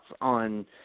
on